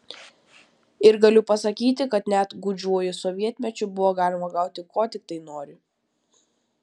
ir galiu pasakyti kad net gūdžiuoju sovietmečiu buvo galima gauti ko tiktai nori